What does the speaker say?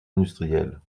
industrielle